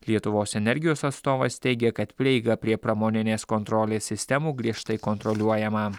lietuvos energijos atstovas teigė kad prieiga prie pramoninės kontrolės sistemų griežtai kontroliuojama